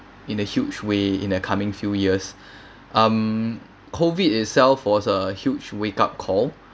in the huge way in the coming few years um COVID itself was a huge wake up call